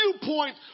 viewpoint